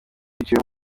yiciwe